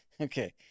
Okay